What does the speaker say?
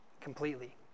completely